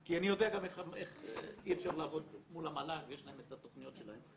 כי אני יודע גם איך אי אפשר לעבוד מול המל"ג ויש להם את התוכניות שלהם.